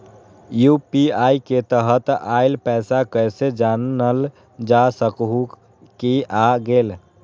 UPI के तहत आइल पैसा कईसे जानल जा सकहु की आ गेल?